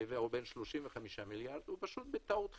או בין 35 מיליארד הוא פשוט בטעות חיזוי.